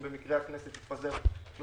אם במקרה הכנסת תתפזר.